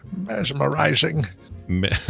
Mesmerizing